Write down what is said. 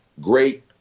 great